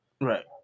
Right